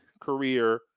career